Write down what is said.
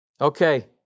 Okay